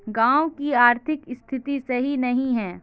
गाँव की आर्थिक स्थिति सही नहीं है?